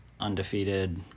undefeated